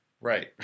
Right